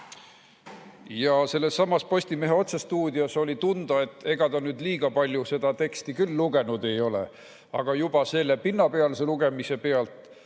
Sellessamas Postimehe otsestuudios oli tunda, et ega ta liiga palju seda teksti lugenud ei ole, aga juba selle pinnapealse lugemise pealt